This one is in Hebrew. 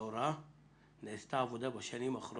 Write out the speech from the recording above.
ורואים בצורה חד ערכית כשאתה מסתכל על רשויות,